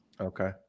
Okay